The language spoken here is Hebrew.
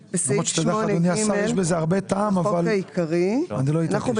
אדוני השר, יש בזה הרבה טעם, אבל אני לא אתעקש.